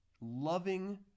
loving